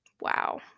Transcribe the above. Wow